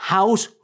House